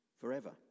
forever